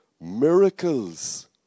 miracles